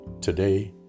today